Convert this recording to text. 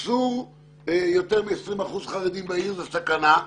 אסור יותר מ-20 אחוזים בעיר וזאת סכנה.